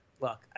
look